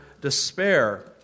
despair